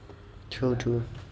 true true